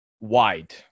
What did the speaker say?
wide